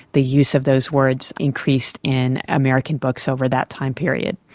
the use of those words increased in american books over that time period.